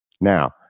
Now